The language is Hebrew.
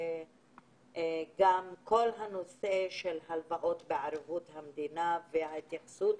כל הנושא של הלוואות בערבות מדינה והתייחסות